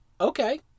Okay